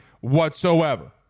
whatsoever